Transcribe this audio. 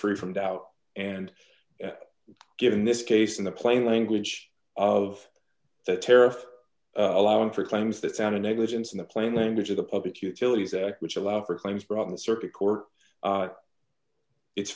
free from doubt and given this case in the plain language of the tariff allowing for claims that sound of negligence in the plain language of the public utilities act which allows for claims brought in the circuit court it's